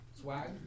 swag